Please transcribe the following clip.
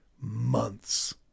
months